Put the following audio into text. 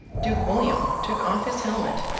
duke william took off his helmet,